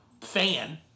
fan